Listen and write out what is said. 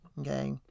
Okay